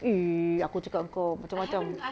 eh aku cakap engkau macam-macam